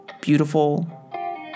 beautiful